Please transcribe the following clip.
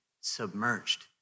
submerged